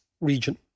region